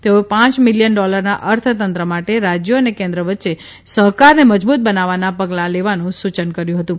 તેઓએ પાંચ મિલીયન ડોલરના અર્થતંત્ર માટે રાજ્યો અને કેન્ન વચ્ચે સહકારને મજબૂત બનાવવાના પગલાં લેવાનું સૂચન કર્યું હતું